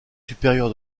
supérieur